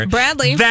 Bradley